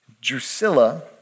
Drusilla